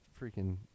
freaking